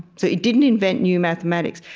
so it didn't invent new mathematics,